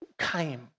came